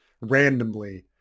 Randomly